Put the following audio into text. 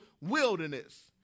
wilderness